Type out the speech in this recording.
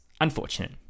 unfortunate